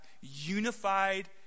unified